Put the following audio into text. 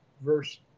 verse